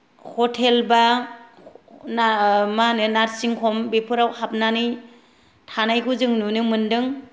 hotel बा ना मा होनो नार्सिं बेफोराव हाबनानै थानायखौ जों नुनो मोनदों